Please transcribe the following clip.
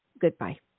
Goodbye